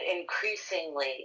increasingly